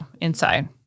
inside